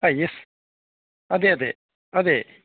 ആ എസ് അതെയതെ അതെ